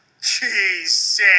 Jesus